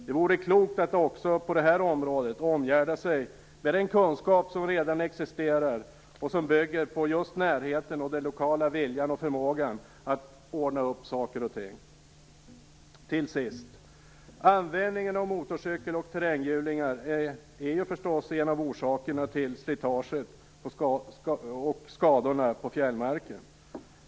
Det vore klokt att också på detta område omgärda sig med den kunskap som redan existerar och som just bygger på närheten och den lokala viljan och förmågan att ordna saker och ting. Till sist: Användningen av motorcykel och terränghjulingar är förstås en av orsakerna till slitaget och skadorna på fjällmarken.